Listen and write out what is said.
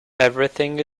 everything